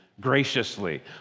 graciously